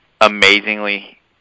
amazingly